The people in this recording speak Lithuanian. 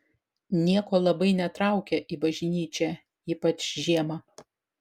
nieko labai netraukia į bažnyčią ypač žiemą